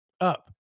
up